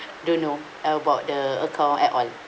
don't know about the account at all